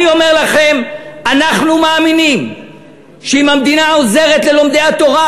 אני אומר לכם שאנחנו מאמינים שאם המדינה עוזרת ללומדי התורה,